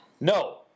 No